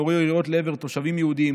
נורו יריות לעבר תושבים יהודים,